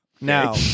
now